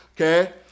Okay